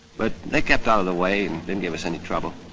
but they kept out of the way and didn't give us any trouble.